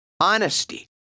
Honesty